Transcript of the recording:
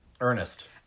Ernest